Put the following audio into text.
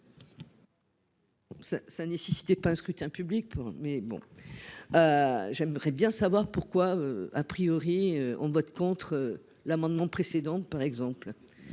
Ça, ça nécessitait pas un scrutin public pour mais bon. J'aimerais bien savoir pourquoi. À priori on vote contre l'amendement précédente par exemple.